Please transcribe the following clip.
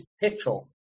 petrol